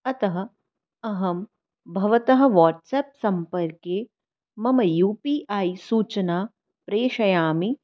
अतः अहं भवतः वाट्सप् सम्पर्के मम यू पी ऐ सूचनां प्रेषयामि